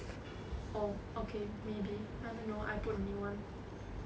orh okay maybe I don't know I put only one